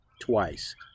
twice